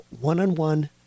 one-on-one